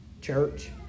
church